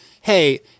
hey